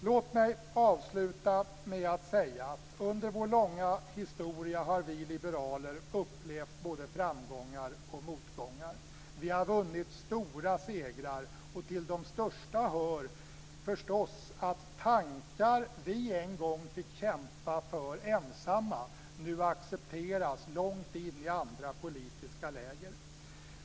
Låt mig avsluta med att säga att vi liberaler under vår långa historia har upplevt både framgångar och motgångar. Vi har vunnit stora segrar, och till de största hör förstås att tankar som vi en gång fick kämpa ensamma för nu accepteras långt in i andra politiska läger.